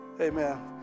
Amen